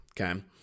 okay